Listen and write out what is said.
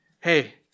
hey